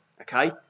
Okay